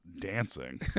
dancing